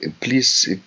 Please